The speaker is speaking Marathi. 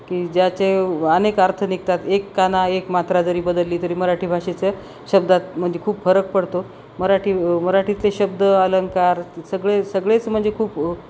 की ज्याचे अनेक अर्थ निघतात एक काना एक मात्रा जरी बदलली तरी मराठी भाषेचं शब्दात म्हणजे खूप फरक पडतो मराठी मराठीतले शब्द अलंंकार सगळे सगळेच म्हणजे खूप